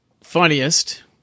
funniest